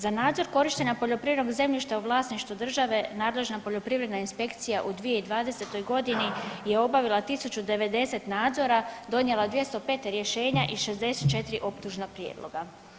Za nadzor korištenja poljoprivrednog zemljišta u vlasništvu države nadležna poljoprivredna inspekcija u 2020.g. je obavila 1090 nadzora, donijela 205 rješenja i 65 optužna prijedloga.